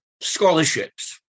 scholarships